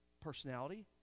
personality